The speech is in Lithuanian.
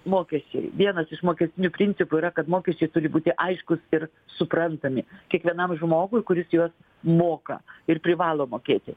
mokesčiai vienas iš mokestinių principų yra kad mokesčiai turi būti aiškus ir suprantami kiekvienam žmogui kuris juos moka ir privalo mokėti